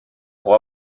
pour